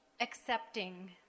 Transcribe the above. accepting